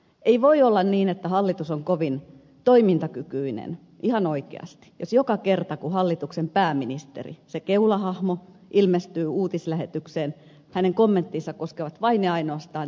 ei voi olla niin että hallitus on kovin toimintakykyinen ihan oikeasti jos joka kerta kun hallituksen pääministeri se keulahahmo ilmestyy uutislähetykseen hänen kommenttinsa koskevat vain ja ainoastaan tätä vyyhteä